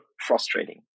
frustrating